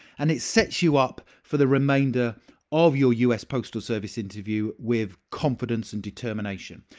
and it sets you up for the remainder of your us postal service interview with confidence and determination.